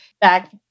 back